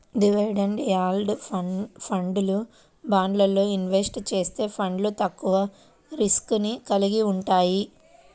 dividend yield ఫండ్లు, బాండ్లల్లో invest చేసే ఫండ్లు తక్కువ రిస్క్ ని కలిగి వుంటయ్యి